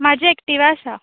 म्हजी एक्टिवा आसा